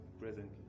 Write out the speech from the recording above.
presently